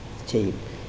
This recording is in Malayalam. ചെയ്യും